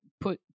put